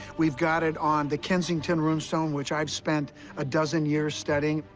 we've got it on the kensington rune stone, which i've spent a dozen years studying.